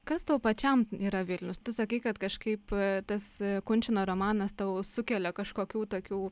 kas tau pačiam yra vilnius tu sakei kad kažkaip tas kunčino romanas tau sukelia kažkokių tokių